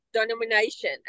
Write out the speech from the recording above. denomination